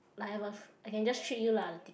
I have a~ I can just treat you lah the ticket